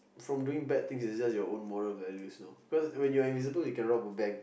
from doing bad things is just your own moral values lah because when you are invisible you can rob a bank